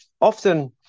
often